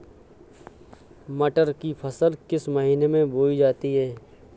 मटर की फसल किस महीने में बोई जाती है?